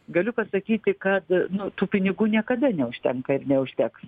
galiu pasakyti kad nu tų pinigų niekada neužtenka ir neužteks